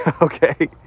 okay